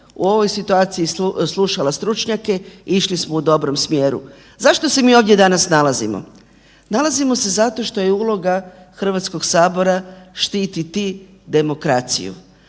u ovoj situaciji slušala stručnjake išli smo u dobrom smjeru. Zašto se mi ovdje danas nalazimo? Nalazimo se zato što je uloga Hrvatskog sabora štititi demokraciju.